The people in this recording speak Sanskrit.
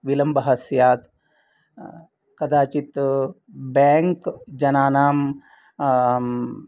विलम्बः स्यात् कदाचित् बेङ्क् जनानां